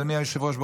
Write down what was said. אדוני היושב-ראש,